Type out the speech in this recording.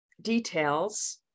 details